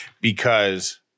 because-